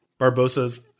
Barbosa's